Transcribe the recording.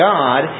God